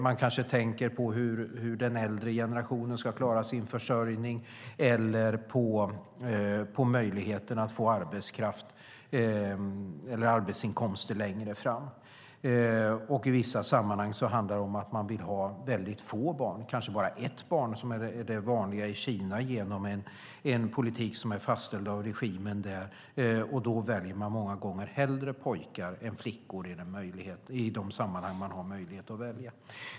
Man kanske tänker på hur den äldre generationen ska klara sin försörjning eller på möjligheterna att få arbetskraft eller arbetsinkomster längre fram. I vissa sammanhang handlar det om att man vill ha få barn och kanske bara ett barn som är det vanliga i Kina genom en politik som är fastställd av regimen där. Då väljer man många gånger hellre pojkar än flickor i de sammanhang som man har möjlighet att välja.